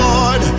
Lord